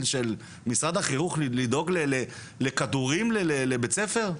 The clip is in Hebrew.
משרד החינוך לדאוג לכדורים לבית ספר?